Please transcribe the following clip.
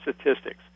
statistics